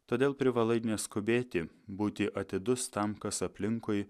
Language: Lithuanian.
todėl privalai neskubėti būti atidus tam kas aplinkui